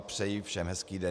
Přeji všem hezký den.